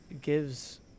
gives